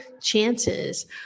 chances